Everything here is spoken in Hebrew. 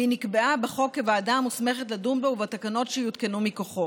והיא נקבעה בחוק כוועדה המוסמכת לדון בו ובתקנות שיותקנו מכוחו.